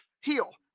heal